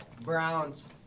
Browns